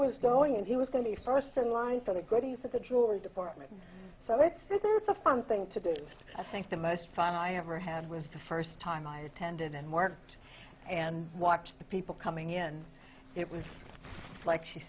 was going and he was going to be first in line for the goodies at the jury's department so it's this is a fun thing to do just i think the most fun i ever had was the first time i attended and worked and watched the people coming in it was like she